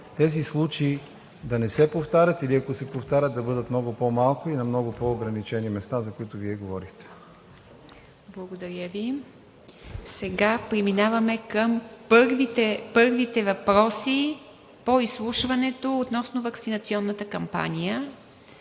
тези случаи да не се повтарят, или, ако се повтарят, да бъдат много по-малко и на много по-ограничени неща, за които Вие говорихте. ПРЕДСЕДАТЕЛ ИВА МИТЕВА: Благодаря Ви. Сега преминаваме към първите въпроси по изслушването относно ваксинационната кампания.